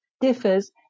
differs